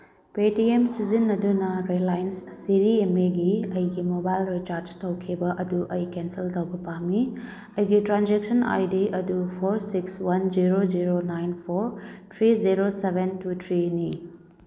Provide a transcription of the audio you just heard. P T M ꯁꯤꯖꯤꯟꯅꯗꯨꯅ Reliance C D M ꯑꯦꯒꯤ ꯑꯩꯒꯤ ꯃꯣꯕꯥꯏꯜ ꯔꯤꯆꯥꯔꯖ ꯇꯧꯈꯤꯕ ꯑꯗꯨ ꯑꯩ ꯀꯦꯟꯁꯦꯜ ꯇꯧꯕ ꯄꯥꯝꯃꯤ ꯑꯩꯒꯤ ꯇ꯭ꯔꯥꯟꯖꯦꯛꯁꯟ ꯑꯥꯏ ꯗꯤ ꯑꯗꯨ four six one zero zero nine four three zero seven two ꯊ꯭ꯔꯤꯅꯤ